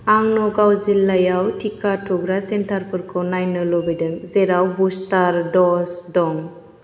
आं न'गाव जिल्लायाव टिका थुग्रा सेन्टारफोरखौ नायनो लुबैदों जेराव बुस्टार ड'ज दं